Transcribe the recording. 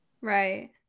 Right